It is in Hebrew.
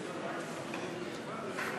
הכנסת,